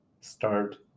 start